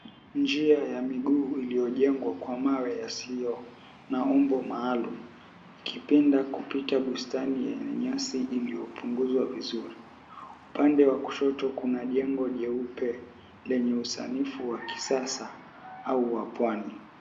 Njia ya miguu iliyojengwa kwa mawe yasio na umbo maalum ikipinda kupita bustani yenye nyasi iliyopunguzwa vizuri. Upande wa kushoto kuna jengo jeupe lenye usanifu wa kisasa au wa pwani.